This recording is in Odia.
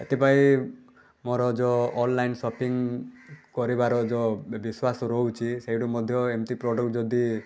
ଏଥିପାଇଁ ମୋର ଯେଉଁ ଅନଲାଇନ୍ ସପିଙ୍ଗ୍ କରିବାର ଯେଉଁ ବି ବିଶ୍ୱାସ ରହୁଛି ସେଇଠୁ ମଧ୍ୟ ଏମିତି ପ୍ରଡ଼କ୍ଟ ଯଦି